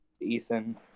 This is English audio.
Ethan